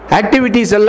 activities